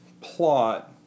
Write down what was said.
plot